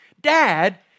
dad